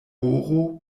horo